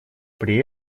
при